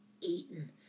eaten